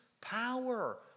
power